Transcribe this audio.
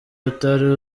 utari